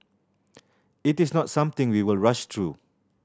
it is not something we will rush through